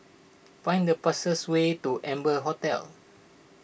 find the fastest way to Amber Hotel